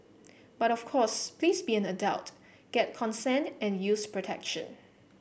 but of course please be an adult get consent and use protection